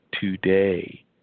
today